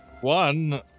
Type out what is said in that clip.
One